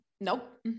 Nope